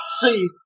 see